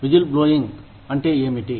whistleblowing అంటే ఏమిటి